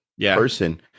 person